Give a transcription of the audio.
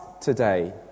today